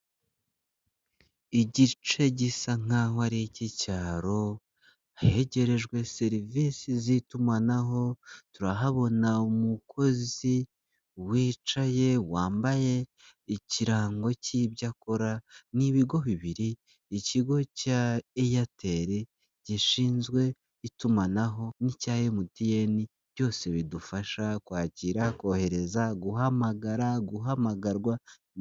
Igice gisa nkaho ari ik'icyaro hegerejwe serivisi zitumanaho turahabona umukozi wicaye wambaye ikirango k'ibyo akora, ni ibigo bibiri ikigo cya eyateli gishinzwe itumanaho n'icya emutiyeni byose bidufasha kwakira, kohereza, guhamagara, guhamagarwa.